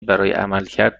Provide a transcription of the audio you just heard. عملکرد